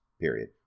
period